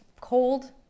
cold